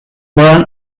burn